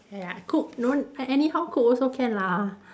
ya cook don't an~ anyhow cook also can lah